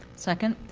second?